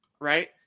right